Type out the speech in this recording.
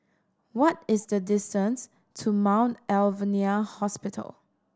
what is the distance to Mount Alvernia Hospital